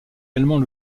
également